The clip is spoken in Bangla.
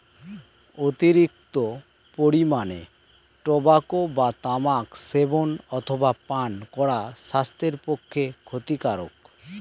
অতিরিক্ত পরিমাণে টোবাকো বা তামাক সেবন অথবা পান করা স্বাস্থ্যের পক্ষে ক্ষতিকারক